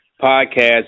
podcast